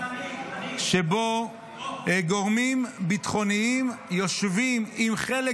שבו גורמים ביטחוניים יושבים עם חלק